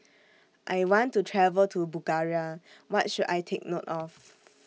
I want to travel to Bulgaria What should I Take note of